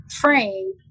frame